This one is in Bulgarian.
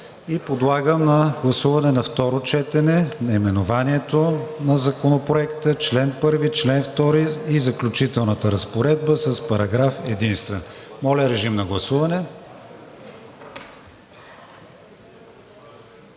Подлагам на гласуване на второ четене наименованието на Законопроекта, чл. 1, чл. 2 и „Заключителната разпоредба“ с „Параграф единствен“. Моля, режим на гласуване.